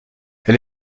elle